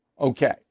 Okay